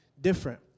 different